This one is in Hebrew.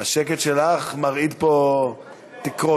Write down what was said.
השקט שלך מרעיד פה תקרות.